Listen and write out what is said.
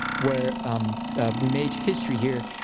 where we made history here.